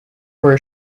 where